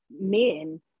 men